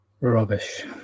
Rubbish